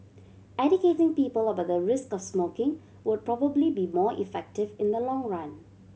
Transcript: educating people about the risks of smoking would probably be more effective in the long run